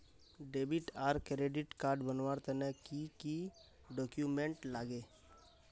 Debit आर credit card बनवार तने की की डॉक्यूमेंट लागे?